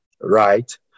Right